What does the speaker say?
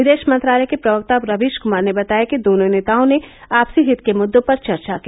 विदेश मंत्रालय के प्रवक्ता रवीश कुमार ने बताया कि दोनों नेताओं ने आपसी हित के मुद्दों पर चर्चा की